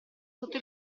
sotto